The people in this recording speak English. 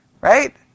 Right